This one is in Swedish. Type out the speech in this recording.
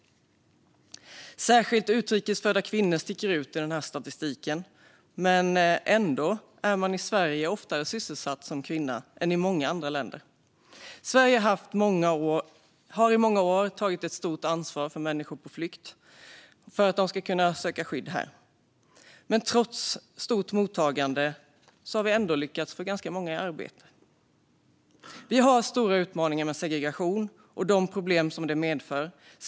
Särskilt utrikes födda kvinnor sticker ut i statistiken, men ändå är kvinnor i Sverige oftare sysselsatta än i många andra länder. Sverige har i många år tagit ett stort ansvar för att människor på flykt ska kunna söka skydd här, och trots ett stort mottagande har vi lyckats få ganska många i arbete. Vi har stora utmaningar med segregation och de problem den medför.